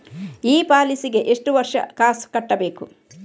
ಈ ಪಾಲಿಸಿಗೆ ಎಷ್ಟು ವರ್ಷ ಕಾಸ್ ಕಟ್ಟಬೇಕು?